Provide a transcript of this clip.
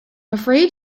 afraid